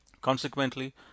Consequently